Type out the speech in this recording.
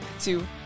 two